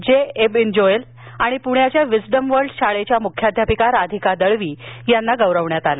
जेबीन जोएल आणि पुण्याच्या Wisdom World शाळेच्या मुख्याध्यापिका राधिका दळवी यांना गौरवण्यात आलं